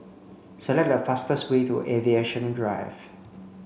Select the fastest way to Aviation Drive